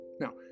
Now